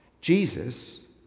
Jesus